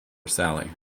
sally